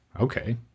okay